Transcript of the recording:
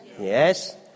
Yes